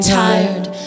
tired